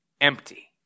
empty